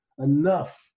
Enough